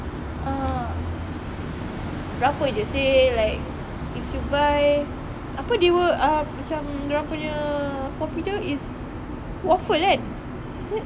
ah berapa jer seh like if you buy apa dia punya um macam diorang punya popular is waffle kan is it